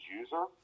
user